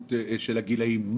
המשמעות של הגילאים?